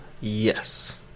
yes